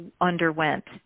underwent